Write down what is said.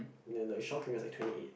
then like Shaw Premiere is like twenty eight